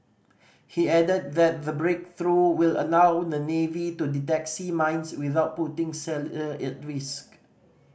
he added that the breakthrough will allow the navy to detect sea mines without putting sailor at risk